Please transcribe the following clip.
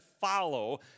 follow